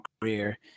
career